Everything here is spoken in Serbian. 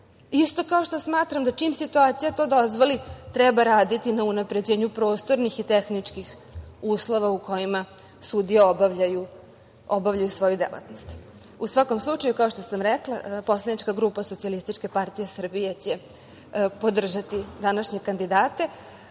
isto kao što smatram da čim situacija to dozvoli treba raditi na unapređenju prostornih i tehničkih uslova u kojima sudije obavljaju svoju delatnost.U svakom slučaju, kao što sam rekla, poslanička grupa SPS će podržati današnje kandidate.